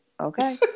Okay